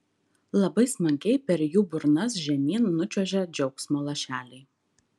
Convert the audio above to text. labai smagiai per jų burnas žemyn nučiuožia džiaugsmo lašeliai